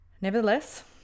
Nevertheless